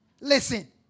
Listen